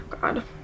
God